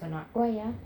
why ah